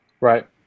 right